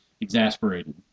exasperated